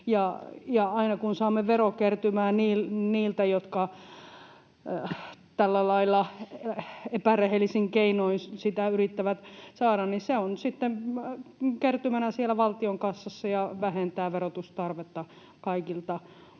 Aina kun saamme verokertymää niiltä, jotka tällä lailla epärehellisin keinoin etuuksia yrittävät saada, niin se on sitten kertymänä siellä valtionkassassa ja vähentää verotustarvetta kaikilta